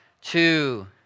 two